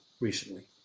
recently